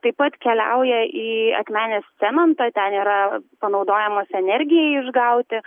taip pat keliauja į akmenės cementą ten yra panaudojamos energijai išgauti